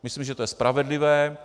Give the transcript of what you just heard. Myslím, že to je spravedlivé.